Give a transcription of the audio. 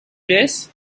this